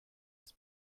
his